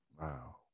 Wow